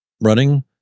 running